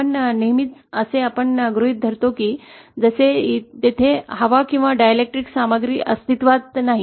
आपण नेहमीच असे आपण गृहित धरतो की जसे तिथे हवा किंवा डाइलेक्ट्रिक सामग्री अस्तित्त्वातच नाही